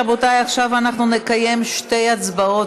רבותיי, עכשיו נקיים שתי הצבעות